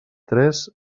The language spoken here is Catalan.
tres